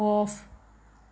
off